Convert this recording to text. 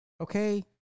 Okay